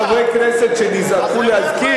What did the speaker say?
אז היו כאן חברי כנסת שנזעקו להזכיר